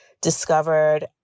discovered